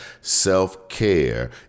self-care